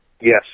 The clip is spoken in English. Yes